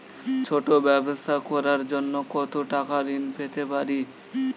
ছোট ব্যাবসা করার জন্য কতো টাকা ঋন পেতে পারি?